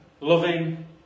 loving